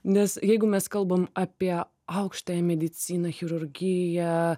nes jeigu mes kalbam apie aukštąją medicina chirurgiją